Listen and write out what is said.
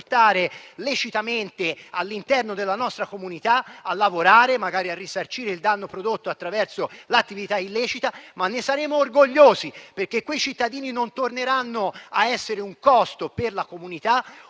lecitamente all'interno della nostra comunità a lavorare e - magari - a risarcire il danno prodotto attraverso l'attività illecita. E ne saremo orgogliosi perché quei cittadini non torneranno a essere un costo per la comunità.